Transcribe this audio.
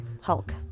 Hulk